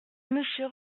monsieur